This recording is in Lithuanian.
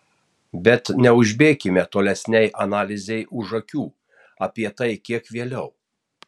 bet neužbėkime tolesnei analizei už akių apie tai kiek vėliau